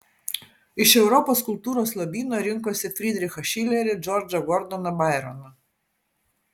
iš europos kultūros lobyno rinkosi fridrichą šilerį džordžą gordoną baironą